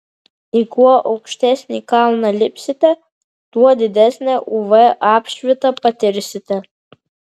į kuo aukštesnį kalną lipsite tuo didesnę uv apšvitą patirsite